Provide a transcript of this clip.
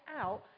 out